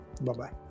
Bye-bye